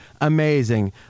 amazing